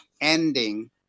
ending